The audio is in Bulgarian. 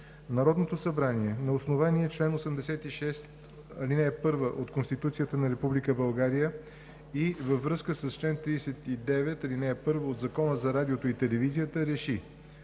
Народното събрание на основание чл. 86, ал. 1 от Конституцията на Република България и във връзка с чл. 39, ал. 1 от Закона за радиото и телевизията РЕШИ: